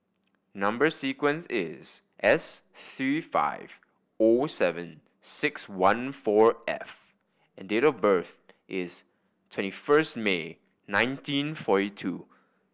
number sequence is S three five O seven six one four F and date of birth is twenty first May nineteen forty two